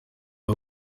aba